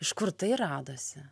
iš kur tai radosi